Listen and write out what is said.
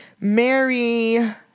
Mary